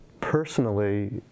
personally